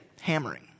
hammering